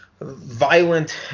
violent